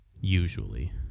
usually